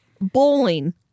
Bowling